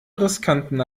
riskanten